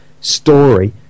story